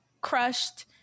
crushed